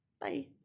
bye